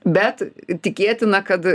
bet tikėtina kad